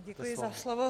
Děkuji za slovo.